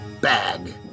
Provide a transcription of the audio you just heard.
bag